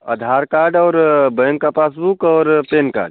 आधार card और bank का passbook और पेन कार्ड